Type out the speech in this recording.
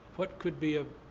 what could be a